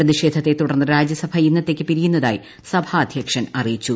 പ്രതിഷേധത്തെ തുടർന്ന് രാജ്യസഭ ഇന്നത്തേക്ക് പിരിയുന്നതായി സഭാധ്യക്ഷൻ അറിയിച്ചു